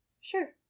Sure